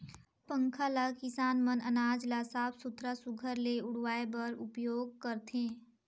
पंखा ल किसान मन अनाज ल साफ सुथरा सुग्घर ले उड़वाए बर उपियोग करथे